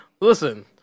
Listen